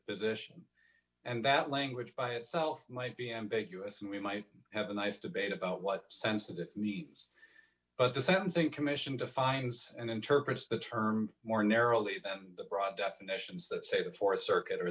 position and that language by itself might be ambiguous and we might have a nice debate about what sensitive needs of the sentencing commission defines and interprets the term more narrowly than the broad definitions that say the th circuit or